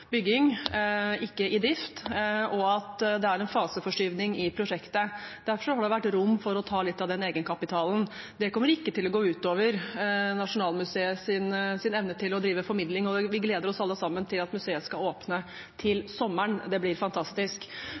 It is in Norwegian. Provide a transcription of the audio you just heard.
bygging, ikke i drift, og at det er en faseforskyvning i prosjektet. Derfor har det vært rom for å ta litt av den egenkapitalen. Det kommer ikke til å gå ut over Nasjonalmuseets evne til å drive formidling, og vi gleder oss alle sammen til at museet skal åpne til sommeren. Det blir fantastisk.